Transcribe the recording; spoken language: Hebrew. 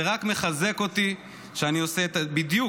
זה רק מחזק אותי שאני עושה בדיוק,